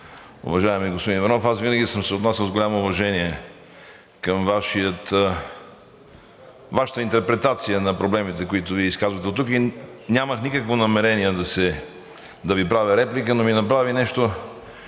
господин Иванов, аз винаги съм се отнасял с голямо уважение към Вашата интерпретация на проблемите, които Вие изказвате оттук и нямах никакво намерение да Ви правя реплика, но ми направи нещо